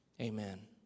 Amen